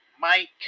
mike